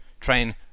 Train